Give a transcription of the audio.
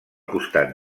costat